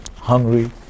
hungry